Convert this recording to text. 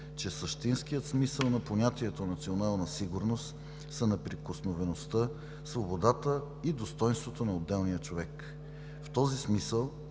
че същинският смисъл на понятието „национална сигурност“ са неприкосновеността, свободата и достойнството на отделния човек. В този смисъл